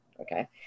okay